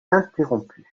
interrompu